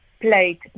played